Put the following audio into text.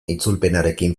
itzulpenarekin